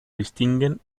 distinguen